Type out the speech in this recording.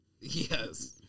Yes